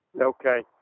Okay